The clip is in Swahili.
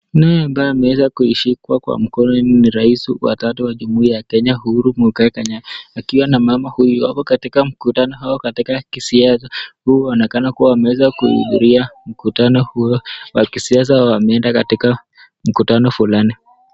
Nate hapa ameweza kushikwa mkono ni rais wa tatu wa jamhuri ya Kenya, rais Uhuru Mwigai Kenyata akiwa na mama huyu, qkonkatika mkutano au katika kiasi, huku inaonekana kuwa wameeza wamehudhuria mkutano huo wa kisiasa wameenda katika mkutano fulani.